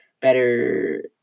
better